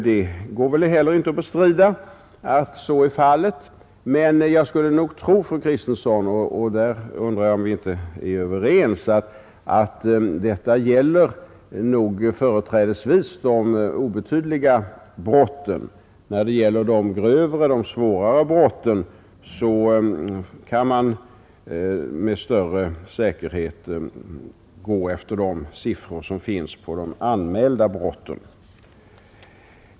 Det går väl heller inte att Onsdagen den bestrida att så är fallet. Men jag skulle tro, fru Kristensson — och där 28 april 1971 undrar jag om vi inte är överens — att detta gäller företrädesvis de Lokala polisorgaobetydliga brotten. Beträffande de grövre och svårare brotten kan man nisationen, m.m. med större säkerhet gå efter de uppgifter som finns över anmälda brott.